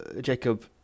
Jacob